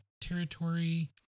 territory